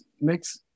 makes